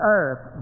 earth